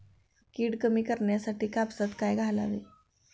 कीड कमी करण्यासाठी कापसात काय घालावे?